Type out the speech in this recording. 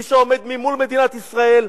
מי שעומד מול מדינת ישראל,